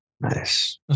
Nice